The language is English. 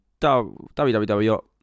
www